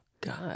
God